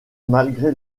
malgré